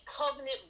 covenant